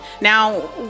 Now